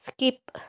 skip